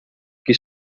qui